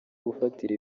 gufatira